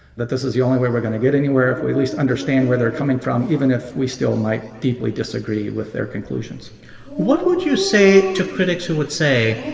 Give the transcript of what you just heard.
that this is the only way we're going to get anywhere if we at least understand where they're coming from, even if we still might deeply disagree with their conclusions what would you say to critics who would say,